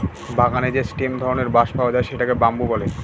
বাগানে যে স্টেম ধরনের বাঁশ পাওয়া যায় সেটাকে বাম্বু বলে